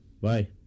bye